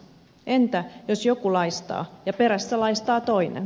entä jos joku laistaa ja perässä laistaa toinen